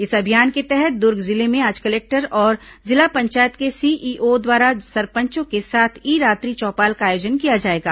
इस अभियान के तहत दुर्ग जिले में आज कलेक्टर और जिला पंचायत के सीईओ द्वारा सरपंचों के साथ ई रात्रि चौपाल का आयोजन किया जाएगा